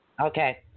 Okay